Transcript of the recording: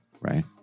Right